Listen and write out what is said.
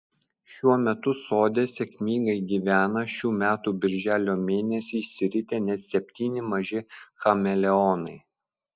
šiuo metu sode sėkmingai gyvena šių metų birželio mėnesį išsiritę net septyni maži chameleonai